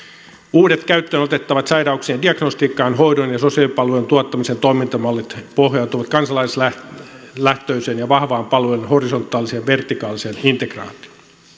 uudet käyttöön otettavat sairauksien diagnostiikan hoidon ja sosiaalipalvelujen tuottamisen toimintamallit pohjautuvat kansalaislähtöiseen ja vahvaan palvelujen horisontaaliseen ja vertikaaliseen integraatioon